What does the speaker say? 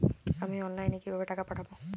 আমি অনলাইনে কিভাবে টাকা পাঠাব?